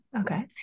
Okay